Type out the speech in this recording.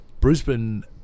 Brisbane